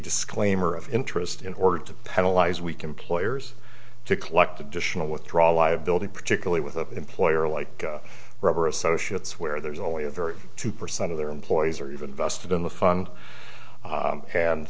disclaimer of interest in order to penalize we can players to collect additional withdrawal liability particularly with an employer like robber associates where there's only a very two percent of their employees or even vested in the fund and